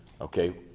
okay